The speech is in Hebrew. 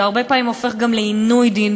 שהרבה פעמים הופך גם לעינוי דין,